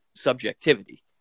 subjectivity